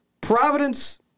Providence